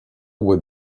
would